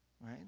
right